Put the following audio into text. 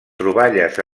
troballes